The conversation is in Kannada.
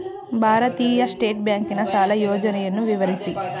ಭಾರತೀಯ ಸ್ಟೇಟ್ ಬ್ಯಾಂಕಿನ ಸಾಲ ಯೋಜನೆಯನ್ನು ವಿವರಿಸಿ?